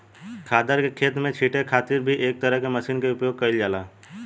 खादर के खेत में छींटे खातिर भी एक तरह के मशीन के उपयोग कईल जाला